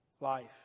life